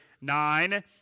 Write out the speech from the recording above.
nine